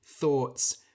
thoughts